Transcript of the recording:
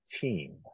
team